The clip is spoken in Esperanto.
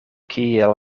kiel